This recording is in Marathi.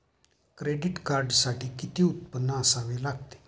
क्रेडिट कार्डसाठी किती उत्पन्न असावे लागते?